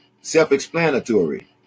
Self-explanatory